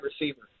receiver